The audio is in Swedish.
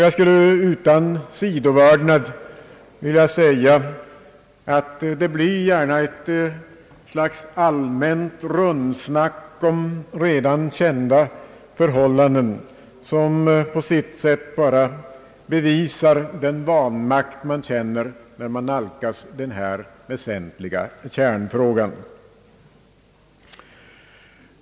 Jag skulle utan sidovördnad vilja säga att det ofta blir ett slags allmänt »rundsnack» om redan kända förhållanden, som på sitt sätt bevisar den vanmakt man känner när man nalkas denna väsentliga kärnfråga.